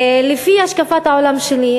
לפי השקפת העולם שלי,